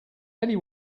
ellie